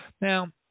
Now